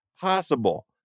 possible